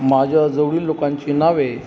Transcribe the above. माझ्याजवळील लोकांची नावे